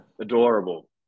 Adorable